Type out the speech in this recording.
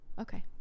okay